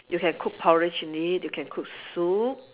you can cook porridge in it you can cook soup